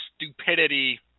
Stupidity